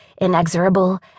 inexorable